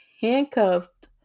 Handcuffed